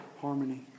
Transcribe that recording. harmony